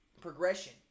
progression